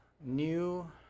New